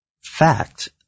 fact